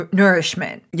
nourishment